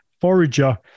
Forager